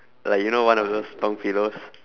like you know one of those long pillows